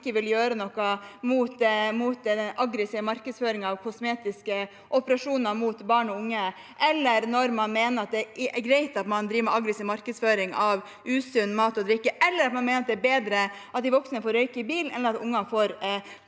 ikke vil gjøre noe med aggressiv markedsføring av kosmetiske operasjoner for barn og unge, når man mener det er greit å ha aggressiv markedsføring av usunn mat og drikke, og når man mener at det er bedre at de voksne får røyke i bilen enn at ungene